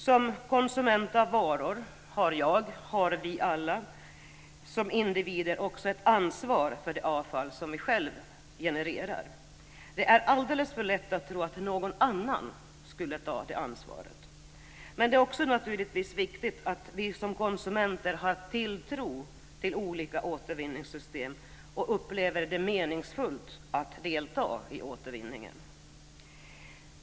Som konsumenter av varor har vi alla som individer också ett ansvar för det avfall som vi genererar. Det är alldeles för lätt att tro att någon annan ska ta det ansvaret. Det är naturligtvis viktigt att vi konsumenter har tilltro till olika återvinningssystem och att vi upplever det meningsfullt att delta i återvinningen.